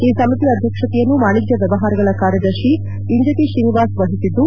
ಈ ಸಮಿತಿಯ ಅಧ್ಯಕ್ಷತೆಯನ್ನು ವಾಣಿಜ್ಞ ವ್ಲವಹಾರಗಳ ಕಾರ್ಯದರ್ಶಿ ಇಂಜೆತಿ ಶ್ರೀನಿವಾಸ್ ಅವರು ವಹಿಸಿದ್ದು